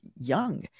young